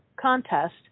Contest